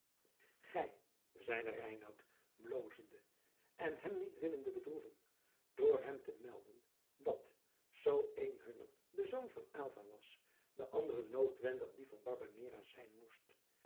gij zeide reinout blozende en hem niet willende bedroeven door hem te melden dat zoo een hunner de zoon van aylva was de andere noodwendig die van barbanera zijn moest